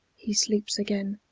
he sleeps again.